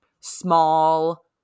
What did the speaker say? small